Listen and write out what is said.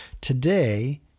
today